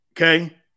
Okay